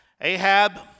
Ahab